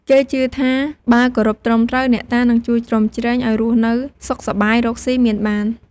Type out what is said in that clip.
គេជឿថាបើគោរពត្រឹមត្រូវ អ្នកតានឹងជួយជ្រោមជ្រែង ឱ្យរស់នៅសុខសប្បាយ រកស៊ីមានបាន។